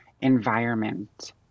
environment